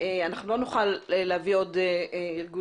הדיון ולכן לא נוכל להביא עוד ארגונים.